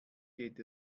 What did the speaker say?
geht